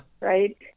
Right